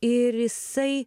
ir jisai